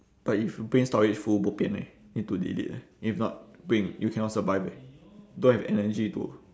but if you brain storage full bo pian eh need to delete eh then if not brain you cannot survive eh don't have energy to